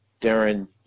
Darren